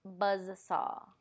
Buzzsaw